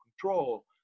control